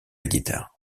guitare